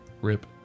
Rip